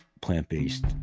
plant-based